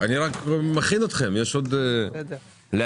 זה בא מתוך החלטה מספר 550. שנת מעבר במזומן 2.8,